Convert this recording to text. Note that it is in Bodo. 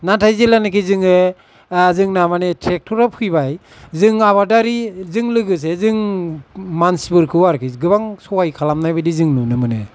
नाथाय जेलानाखि जोङो जोंना माने ट्रेक्टरा फैबाय जों आबादारिजों लोगोसे जों मानसिफोरखौ आरोखि गोबां सहाय खालामनाय बादि जों नुनो मोनो